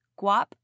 Guap